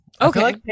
Okay